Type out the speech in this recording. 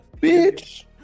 bitch